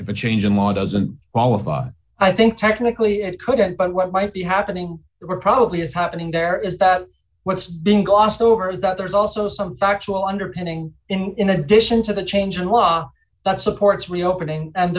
if a change in law doesn't qualify i think technically it couldn't but what might be happening were probably is happening there is that what's being glossed over is that there's also some factual underpinning in addition to the change in law that supports reopening and